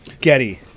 Getty